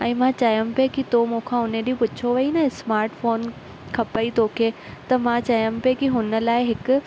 ऐं मां चइम पई की तूं मूंखां उन ॾींहुं पुछो हुई न स्मार्ट फ़ोन खपई थो खे त मां चयमि पई की हुन लाइ हिकु